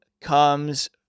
comes